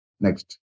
Next